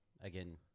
again